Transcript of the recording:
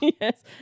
Yes